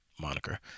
moniker